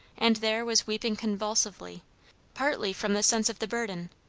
and there was weeping convulsively partly from the sense of the burden,